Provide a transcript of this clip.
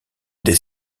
des